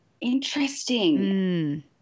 Interesting